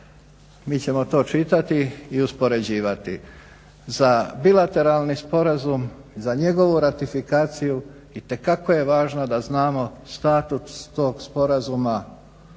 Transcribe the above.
Mi ćemo to čitati i uspoređivati. Za bilateralni sporazum za njegovu ratifikaciju itekako je važno da znamo status tog sporazuma